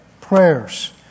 prayers